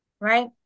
right